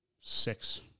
six